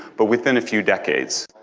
but within a few decades.